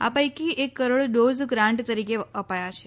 આ પૈકી એક કરોડ ડોઝ ગ્રાન્ટ તરીકે અપાયા છે